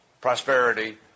prosperity